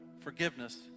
forgiveness